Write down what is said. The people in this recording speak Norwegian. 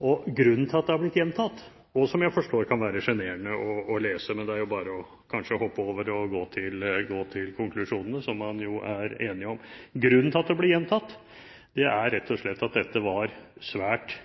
Grunnen til at det har blitt gjentatt – og jeg forstår at det kan være sjenerende å lese, men det er jo bare å hoppe over det og gå til konklusjonene, som man jo er enige om – er rett og slett at dette var svært